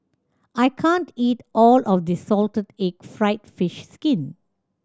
I can't eat all of this salted egg fried fish skin